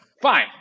Fine